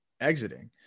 exiting